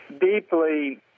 deeply